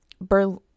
Berlin